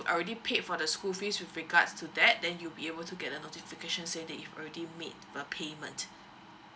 already paid for the school fees with regards to that then you'll be able to get a notification saying that you've already made the payment